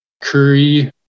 curry